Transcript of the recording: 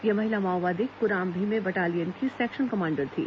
यह महिला माओवादी क्राम भीमे बटालियन की सेक्शन कमांडर थी